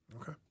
Okay